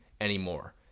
anymore